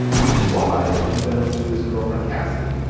which is why, unbeknownst to his girlfriend, kasey,